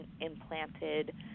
implanted